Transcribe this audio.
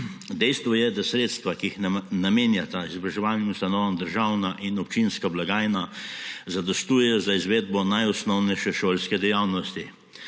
Dejstvo je, da sredstva, ki jih namenjata izobraževalnim ustanovam državna in občinska blagajna, zadostujejo za izvedbo najosnovnejše šolske dejavnosti.